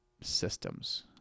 systems